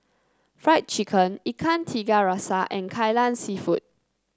Fried Chicken Ikan Tiga Rasa and Kai Lan seafood